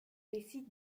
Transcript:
décide